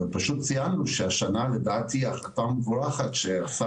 ציינו שהשנה לדעתי החלטה מבורכת שוועדת